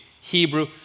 Hebrew